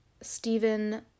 Stephen